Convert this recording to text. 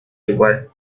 igual